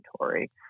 inventory